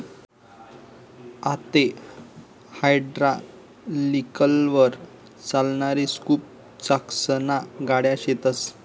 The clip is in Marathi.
आते हायड्रालिकलवर चालणारी स्कूप चाकसन्या गाड्या शेतस